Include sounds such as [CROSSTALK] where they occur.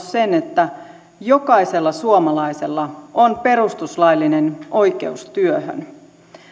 [UNINTELLIGIBLE] sen että jokaisella suomalaisella on perustuslaillinen oikeus työhön